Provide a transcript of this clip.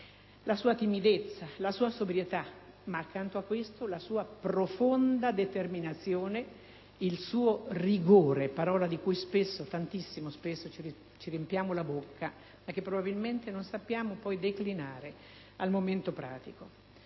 la sua timidezza, la sua sobrietà ma, accanto a questo, la sua profonda determinazione, il suo rigore, una parola di cui spesso ci riempiamo la bocca e che, probabilmente, non sappiamo poi declinare al momento pratico.